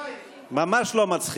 ממש לא מצחיק.